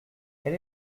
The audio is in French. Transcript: elle